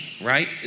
right